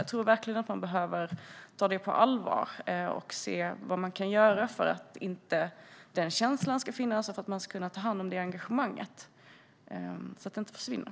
Jag tror verkligen att man behöver ta det på allvar och se vad man kan göra för att inte den känslan ska finnas och för att man ska kunna ta hand om det engagemanget, så att det inte försvinner.